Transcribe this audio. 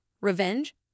revenge